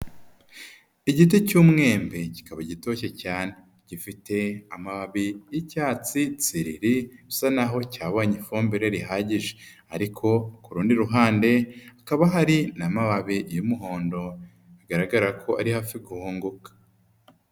Igiti cy'umwembe, kikaba gitoshye cyane, gifite amababi y'icyatsi tsiriri, bisa naho cyabonye ifumbire rihagije, ariko ku rundi ruhande hakaba hari n'amababi y'umuhondo, bigaragara ko ari hafi guhunguka.